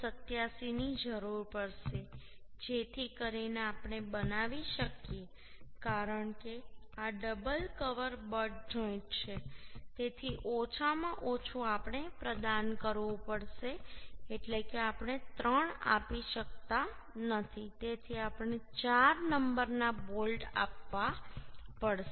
87 ની જરૂર પડશે જેથી કરીને આપણે બનાવી શકીએ કારણ કે આ ડબલ કવર બટ જોઈન્ટ છે તેથી ઓછામાં ઓછું આપણે પ્રદાન કરવું પડશે એટલે કે આપણે 3 આપી શકતા નથી તેથી આપણે 4 નંબરના બોલ્ટ આપવા પડશે